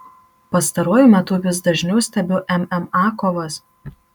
pastaruoju metu vis dažniau stebiu mma kovas